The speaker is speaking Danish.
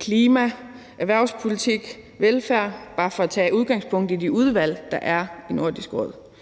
klima, erhvervspolitik og velfærd – bare for at tage udgangspunkt i de udvalg, der er i Nordisk Råd.